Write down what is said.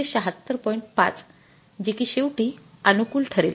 ५ जे कि शेवटी अनुकूल ठरेल